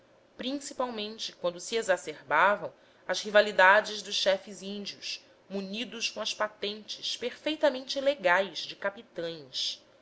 principalmente quando se exacerbavam as rivalidades dos chefes índios munidos com as patentes perfeitamente legais de capitães